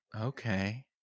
Okay